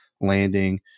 landing